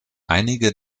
einige